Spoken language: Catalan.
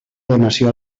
donació